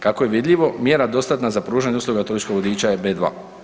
Kako je vidljivo mjera dostatna za pružanje usluga turističkog vodiča je B2.